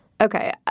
Okay